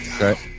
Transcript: Okay